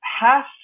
half